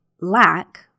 lack